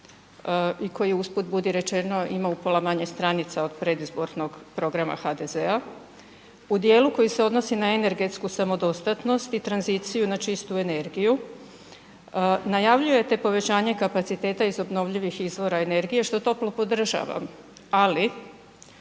i koji usput budi rečeno, ima upola manje stranica od predizbornog programa HDZ-a, u djelu koji se odnosi na energetsku samodostatnost i tranziciju na čistu energiju, najavljujete povećanje kapaciteta iz obnovljivih izvora energije, što toplo podržavam ali